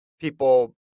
people